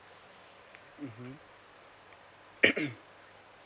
mmhmm